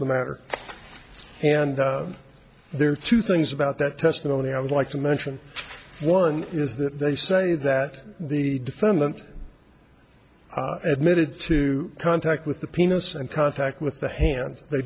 the matter and there are two things about that testimony i would like to mention one is that they say that the defendant admitted to contact with the penis and contact with the hand